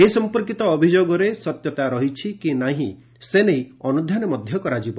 ଏ ସଂପର୍କିତ ଅଭିଯୋଗରେ ସତ୍ୟତା ରହିଛି କି ନାହିଁ ସେ ନେଇ ଅନୁଧ୍ୟାନ କରାଯିବ